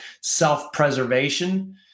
self-preservation